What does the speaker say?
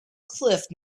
cliff